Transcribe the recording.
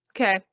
okay